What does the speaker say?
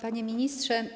Panie Ministrze!